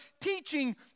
teaching